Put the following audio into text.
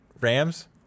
Rams